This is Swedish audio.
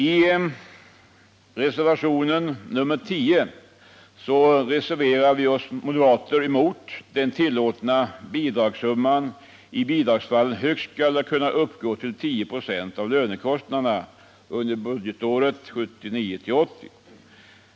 I reservationen 10 reserverar vi moderater oss mot att den tillåtna bidragssumman i bidragsfallen högst skall kunna uppgå till 10 96 av lönekostnaderna under budgetåret 1979/80.